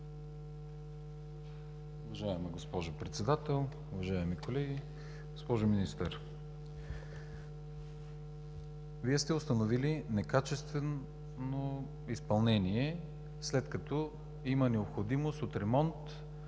Вие сте установили некачествено изпълнение, след като има необходимост от ремонт